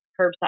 curbside